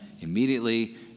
immediately